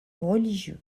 religieux